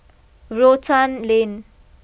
Rotan Lane